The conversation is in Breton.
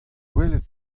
gwelet